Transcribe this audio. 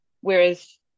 whereas